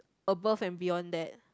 above and beyond that